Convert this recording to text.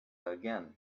again